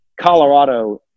colorado